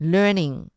Learning